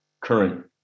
current